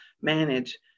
manage